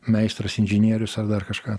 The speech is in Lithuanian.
meistras inžinierius ar dar kažką